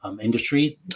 industry